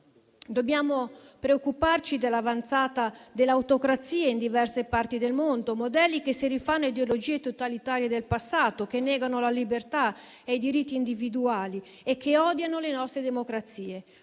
Dobbiamo preoccuparci dell'avanzata dell'autocrazia in diverse parti del mondo; modelli che si rifanno a ideologie totalitarie del passato, che negano la libertà e i diritti individuali e che odiano le nostre democrazie.